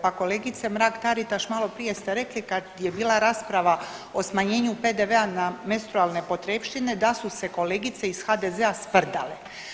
Pa kolegice Mrak-Taritaš maloprije ste rekli kad je bila rasprava o smanjenju PDV-a na menstrualne potrepštine da su se kolegice iz HDZ-a sprdale.